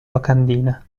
locandina